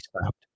stopped